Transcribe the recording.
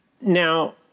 Now